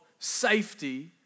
safety